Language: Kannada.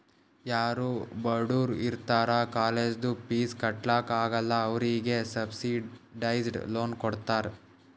ಯಾರೂ ಬಡುರ್ ಇರ್ತಾರ ಕಾಲೇಜ್ದು ಫೀಸ್ ಕಟ್ಲಾಕ್ ಆಗಲ್ಲ ಅವ್ರಿಗೆ ಸಬ್ಸಿಡೈಸ್ಡ್ ಲೋನ್ ಕೊಡ್ತಾರ್